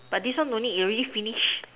but this one no need it already finish